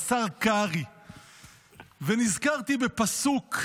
ונזכרתי בפסוק,